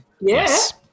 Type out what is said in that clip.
Yes